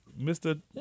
Mr